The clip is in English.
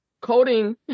coding